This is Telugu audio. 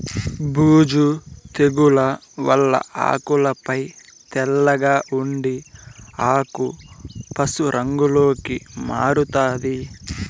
బూజు తెగుల వల్ల ఆకులపై తెల్లగా ఉండి ఆకు పశు రంగులోకి మారుతాది